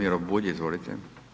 G. Miro Bulj, izvolite.